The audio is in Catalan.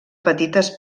petites